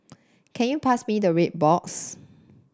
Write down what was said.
can you pass me the red box